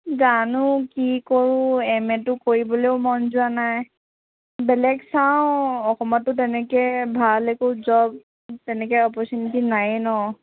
জানো কি কৰোঁ এম এটো কৰিবলৈও মন যোৱানাই বেলেগ চাওঁ অসমতো তেনেকে ভাল একো জব তেনেকে অপৰচুনিটি নায়েই ন'